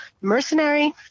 mercenary